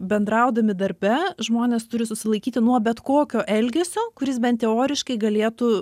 bendraudami darbe žmonės turi susilaikyti nuo bet kokio elgesio kuris bent teoriškai galėtų